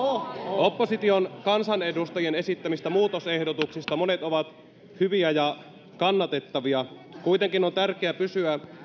opposition kansanedustajien esittämistä muutosehdotuksista monet ovat hyviä ja kannatettavia mutta kuitenkin on tärkeää pysyä